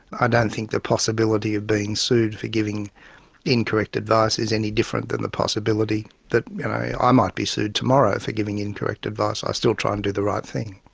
i don't think the possibility of being sued for giving incorrect advice is any different than the possibility that i might be sued tomorrow for giving incorrect advice, i still try and do the right thing.